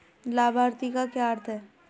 लाभार्थी का क्या अर्थ है?